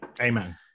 Amen